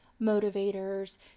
motivators